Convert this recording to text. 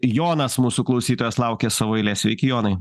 jonas mūsų klausytojas laukia savo eilės sveiki jonai